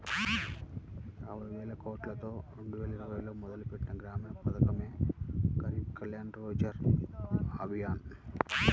యాబైవేలకోట్లతో రెండువేల ఇరవైలో మొదలుపెట్టిన గ్రామీణ పథకమే గరీబ్ కళ్యాణ్ రోజ్గర్ అభియాన్